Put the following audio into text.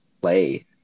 play